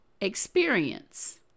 experience